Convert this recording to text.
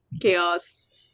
Chaos